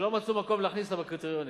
שלא מצאו מקום להכניס אותה בקריטריונים.